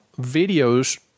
videos